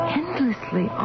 endlessly